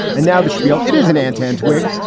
and now the spiel. it is an antenna twig,